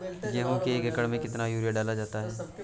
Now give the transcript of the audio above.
गेहूँ के एक एकड़ में कितना यूरिया डाला जाता है?